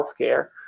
healthcare